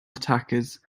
attackers